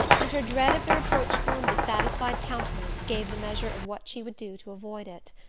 and her dread of the reproachful and dissatisfied countenance gave the measure of what she would do to avoid it.